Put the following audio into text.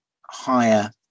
higher